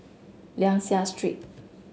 Liang Seah Street